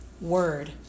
word